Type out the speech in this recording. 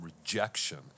rejection